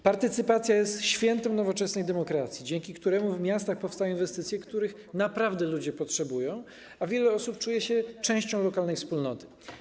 Partycypacja jest świętem nowoczesnej demokracji, dzięki któremu w miastach powstają inwestycje, których naprawdę ludzie potrzebują, a wiele osób czuje się dzięki temu częścią lokalnej wspólnoty.